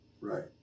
Right